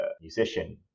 musician